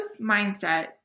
mindset